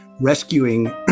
rescuing